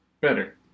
better